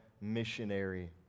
missionary